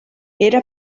era